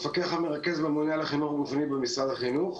אני המפקח המרכז והממונה על החינוך הגופני במשרד החינוך.